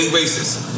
racist